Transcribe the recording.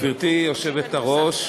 גברתי היושבת-ראש,